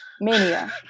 Mania